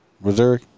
Missouri